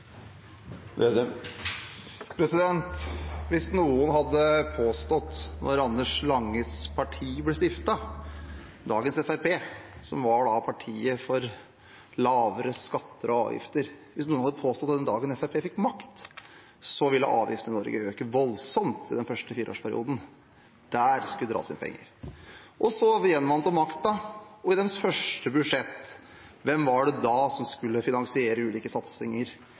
Hvis noen hadde påstått da Anders Langes Parti – dagens Fremskrittsparti – ble stiftet, som var partiet for lavere skatter og avgifter, at den dagen Fremskrittspartiet fikk makt, ville avgiftene i Norge øke voldsomt i den første fireårsperioden. Der skulle det dras inn penger. Så gjenvant man makten, og i deres første budsjett – hvem var det da som skulle finansiere ulike satsinger?